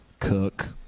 Cook